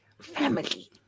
family